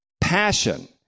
passion